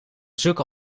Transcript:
zoeken